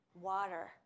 water